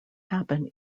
happen